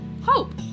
Hope